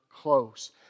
close